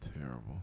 Terrible